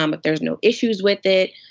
um but there's no issues with it.